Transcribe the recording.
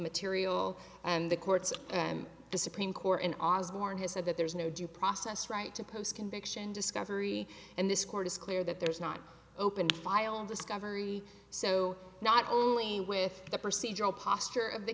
material and the courts the supreme court in osborne has said that there's no due process right to post conviction discovery and this court is clear that there's not open file and discovery so not only with the procedural posture of the